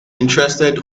interested